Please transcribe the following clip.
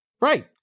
Right